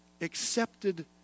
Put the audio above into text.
accepted